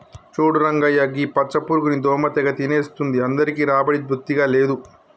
చూడు రంగయ్య గీ పచ్చ పురుగుని దోమ తెగ తినేస్తుంది అందరికీ రాబడి బొత్తిగా లేదు